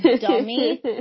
dummy